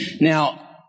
Now